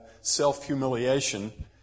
self-humiliation